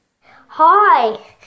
Hi